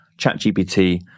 ChatGPT